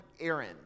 Aaron